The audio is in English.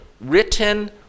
written